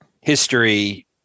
history